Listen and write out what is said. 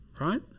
right